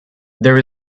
there